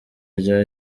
rya